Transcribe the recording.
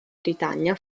britannia